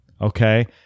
Okay